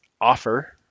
offer